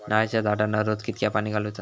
नारळाचा झाडांना रोज कितक्या पाणी घालुचा?